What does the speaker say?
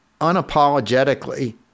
unapologetically